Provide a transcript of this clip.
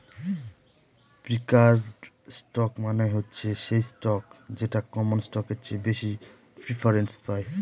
preferred stock মানে হচ্ছে সেই স্টক যেটা কমন স্টকের চেয়ে বেশি প্রিফারেন্স পায়